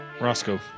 Roscoe